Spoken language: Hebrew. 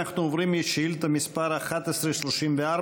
אנחנו עוברים לשאילתה מס' 1134,